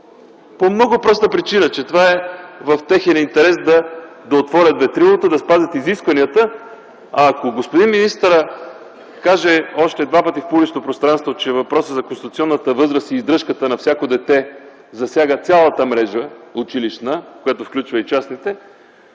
по много простата причина – в техен интерес е да отворят ветрилото и да спазят изискванията. Ако господин министърът каже още два пъти в публичното пространство, че въпросът за конституционната възраст и издръжката на всяко дете засяга цялата училищна мрежа, която включва и частните,